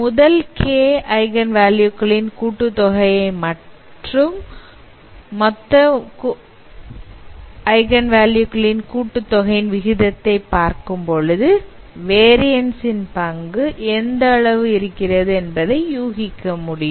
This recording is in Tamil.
முதல் k ஐகன் வேல்யூ களின் கூட்டுத் தொகையை மற்றும் மொத்த ஐகன் வேல்யூ களின் கூட்டுத் தொகையின் விகிதத்தை பார்க்கும் பொழுது variance ன் பங்கு எந்த அளவுக்கு இருக்கிறது என்பதை யூகிக்க முடியும்